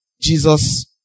Jesus